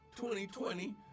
2020